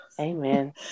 Amen